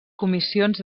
comissions